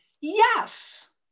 Yes